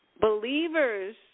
Believers